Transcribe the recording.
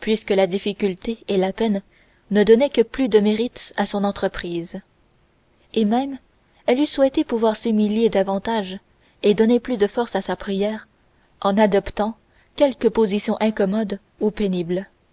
puisque la difficulté et la peine ne donnaient que plus de mérite à son entreprise et même elle eût souhaité pouvoir s'humilier davantage et donner plus de force à sa prière en adoptant quelque position incommode ou pénible